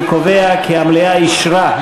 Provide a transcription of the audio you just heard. אני קובע כי המליאה אישרה,